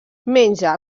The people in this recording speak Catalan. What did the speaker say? menja